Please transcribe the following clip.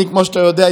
כמו שאתה יודע,